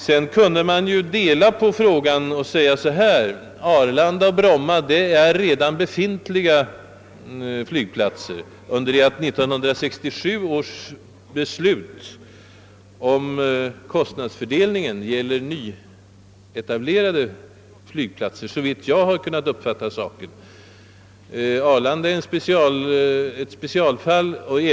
Sedan kan man ju dela på frågan och säga att Arlanda och Bromma är flygplatser, som redan finns, medan 1967 års beslut om kostnadsfördelningen gäller nyetablerade flygplatser, om jag uppfattat saken rätt. Bromma och Arlanda är egentligen specialfall.